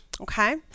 Okay